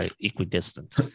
equidistant